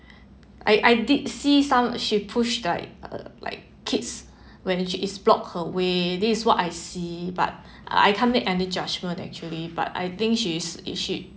I I did see some she pushed like like kids when she is blocked her way this is what I see but I can't make any judgment actually but I think she's she